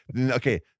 okay